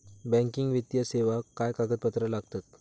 Banking वित्तीय सेवाक काय कागदपत्र लागतत?